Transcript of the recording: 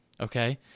okay